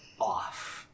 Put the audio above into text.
off